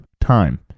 time